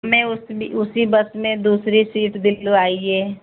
मैं उस बि उसी बस में दूसरी सीट दिलवाइए